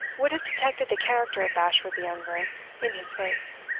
would have detected the character of bashwood the younger in his face.